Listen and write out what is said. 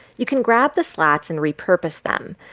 you can grab the slats and repurpose them.